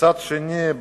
ומצד שני,